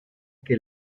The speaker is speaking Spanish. que